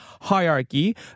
hierarchy